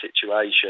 situation